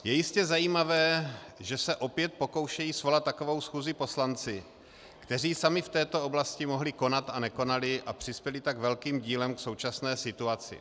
Je jistě zajímavé, že se opět pokoušejí svolat takovou schůzi poslanci, kteří sami v této oblasti mohli konat a nekonali a přispěli tak velkým dílem k současné situaci.